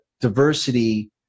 diversity